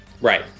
Right